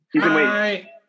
Hi